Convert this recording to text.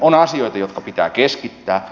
on asioita jotka pitää keskittää